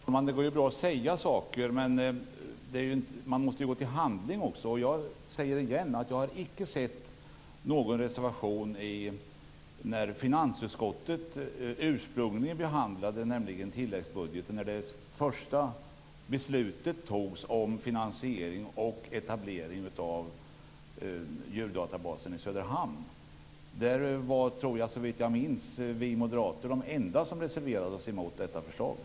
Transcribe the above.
Herr talman! Det går bra att säga saker, men man måste gå till handling också. Jag säger igen att jag icke såg någon reservation när finansutskottet ursprungligen behandlade detta i tilläggsbudgeten då det första beslutet fattades om finansiering och etablering av djurdatabasen i Söderhamn. Då var vi moderater, såvitt jag minns, de enda som reserverade sig mot det förslaget.